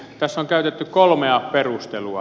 tässä on käytetty kolmea perustelua